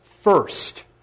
first